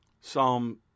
Psalm